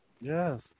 Yes